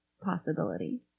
possibility